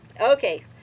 okay